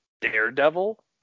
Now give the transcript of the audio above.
daredevil